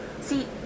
See